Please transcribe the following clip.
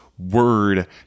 Word